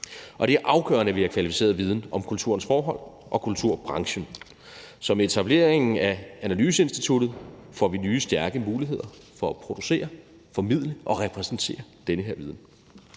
Det er afgørende, at vi har kvalificeret viden om kulturens forhold og kulturbranchen. Så med etableringen af analyseinstituttet får vi nye stærke muligheder for at producere, formidle og repræsentere den her viden.